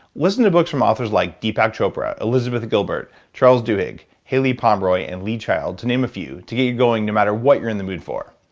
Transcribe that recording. listen to books from authors like deepak chopra, elizabeth gilbert, charles duhigg haylie pomroy and lee child to name a few to get you going no matter what you're in the mood for.